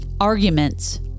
arguments